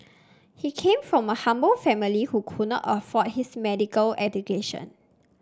he came from a humble family who could not afford his medical education